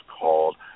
called